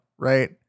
right